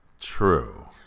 true